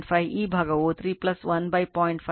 5 ಈ ಭಾಗವು 3 1 0